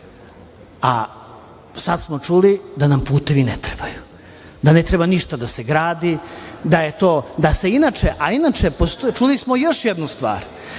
smo čuli da nam putevi ne trebaju, da ne treba ništa da se radi, a inače smo čuli još jednu stvar.